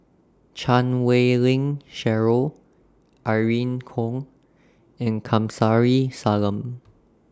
Chan Wei Ling Cheryl Irene Khong and Kamsari Salam